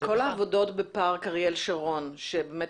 --- כל העבודות בפארק אריאל שרון שבאמת